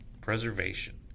preservation